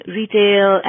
retail